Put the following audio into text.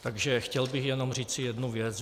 Takže chtěl bych jenom říci jednu věc.